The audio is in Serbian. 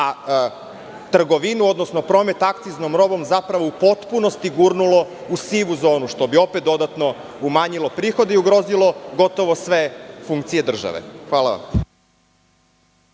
a trgovinu, odnosno promet akciznom robom u potpunosti gurnulo u sivu zonu, što bi opet dodatno umanjilo prihode i ugrozilo sve funkcije države. Hvala.